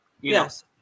Yes